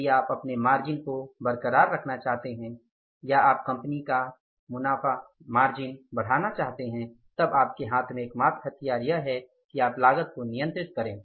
यदि आप अपने मार्जिन को बरकरार रखना चाहते हैं या आप कंपनी या मुनाफे का मार्जिन बढ़ाना चाहते हैं तब आपके हाथ में एकमात्र हथियार यह है कि आप लागत को नियंत्रित करें